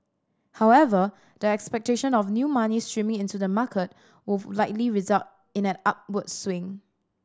however the expectation of new money streaming into the market with likely result in an upward swing